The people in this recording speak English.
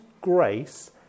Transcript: grace